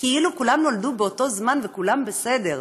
כאילו כולם נולדו באותו זמן, וכולם בסדר.